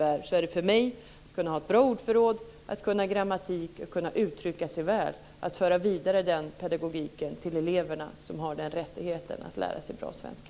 För mig är det att kunna ha ett bra ordförråd, att kunna grammatik och att kunna uttrycka sig väl. Det gäller att föra vidare den pedagogiken till eleverna, som har rättigheten att få lära sig bra svenska.